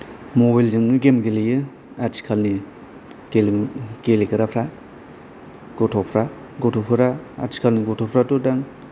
mobile जोंनो game गेलेयो आथिखालनि गेलेमु गेम गेलेग्राफ्रा गथ'फ्रा गथ'फोरा आथिखालनि गथ'फोराथ' दा